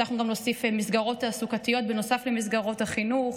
הצלחנו גם להוסיף מסגרות תעסוקתיות נוסף למסגרות החינוך,